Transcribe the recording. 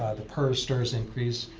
the prs strs increase,